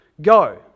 Go